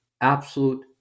absolute